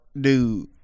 dude